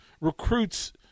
recruits